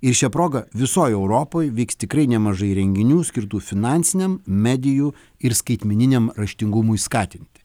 ir šia proga visoj europoj vyks tikrai nemažai renginių skirtų finansiniam medijų ir skaitmeniniam raštingumui skatinti